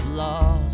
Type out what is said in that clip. lost